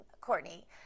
Courtney